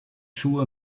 schuhe